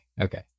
Okay